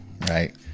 right